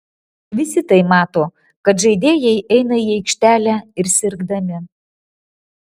visi tai mato kad žaidėjai eina į aikštelę ir sirgdami